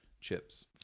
chips